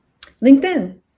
LinkedIn